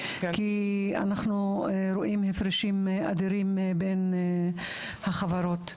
כי אנחנו רואים הפרשים אדירים בין החברות.